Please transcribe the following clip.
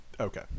Okay